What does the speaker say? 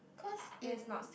cause in